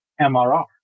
MRR